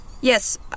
Yes